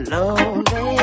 Lonely